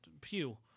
Pew